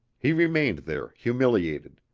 he remained there, humiliated,